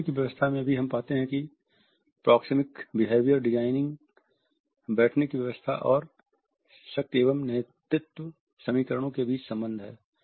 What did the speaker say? बैठने की व्यवस्था में भी हम पाते हैं कि प्रोक्सेमिक विहैवियर डिजाइनिंग बैठने की व्यवस्था और शक्ति एवं नेतृत्व समीकरणों के बीच संबंध हैं